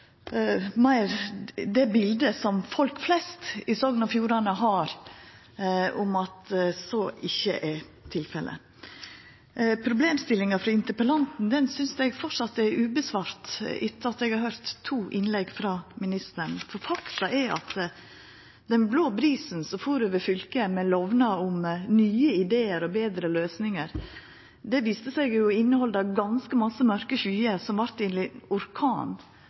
meir det biletet som folk flest i Sogn og Fjordane har om at så ikkje er tilfellet. Problemstillinga frå interpellanten synest eg framleis ikkje er svara på, etter at eg har høyrt to innlegg frå ministeren, for faktum er at den blå brisen som fór over fylket med lovnad om nye idear og betre løysingar, viste seg å innehalde ganske mange mørke skyer som vart til ein orkan